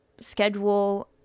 schedule